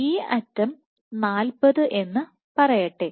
ഈ അറ്റം 40 എന്ന് പറയട്ടെ